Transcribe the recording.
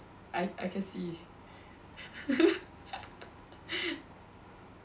I I can see